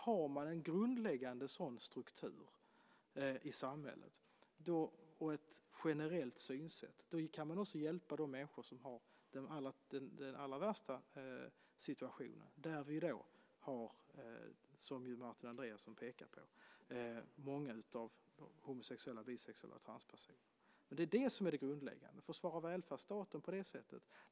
Har man en grundläggande sådan struktur i samhället och ett generellt synsätt kan man också hjälpa de människor som har den allra värsta situationen, däribland många homosexuella, bisexuella och transpersoner, som Martin Andreasson pekade på. Det är det som är det grundläggande, att försvara välfärdsstaten på det sättet.